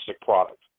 product